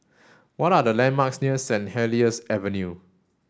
what are the landmarks near Saint Helier's Avenue